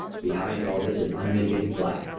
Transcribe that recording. behind all this is unmitigated black.